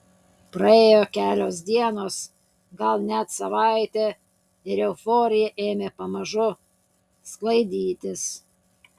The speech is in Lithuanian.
praėjo kelios dienos gal net savaitė ir euforija ėmė pamažu sklaidytis